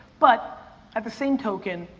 but at the same token,